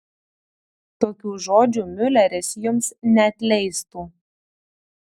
tokių žodžių miuleris jums neatleistų